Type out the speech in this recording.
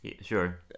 Sure